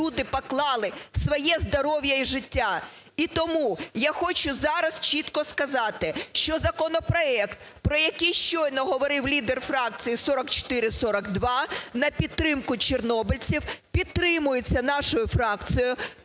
люди поклали своє здоров'я і життя. І тому я хочу зараз чітко сказати, що законопроект, про який щойно говорив лідер фракції, 4442 на підтримку чорнобильців, підтримується нашою фракцією.